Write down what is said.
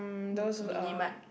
Minimart